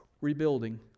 rebuilding